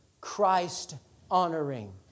Christ-honoring